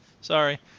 Sorry